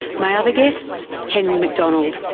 my other guests henry mcdonald,